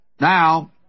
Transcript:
Now